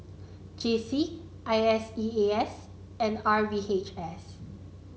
JC I S E A S and R V H S